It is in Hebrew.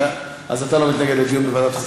אז אתה לא מתנגד לדיון בוועדת החוץ